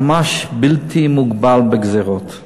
ממש בלתי מוגבל בגזירות.